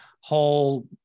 whole